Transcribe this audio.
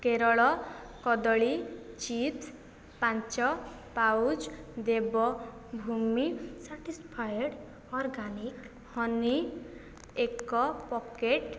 କେରଳ କଦଳୀ ଚିପ୍ସ୍ ପାଞ୍ଚ pouch Dev Bhumi certified organic honey ଏକ ପ୍ୟାକେଟ୍